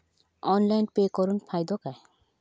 Online pay करुन फायदो काय?